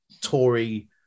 Tory